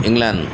England